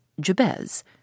Jabez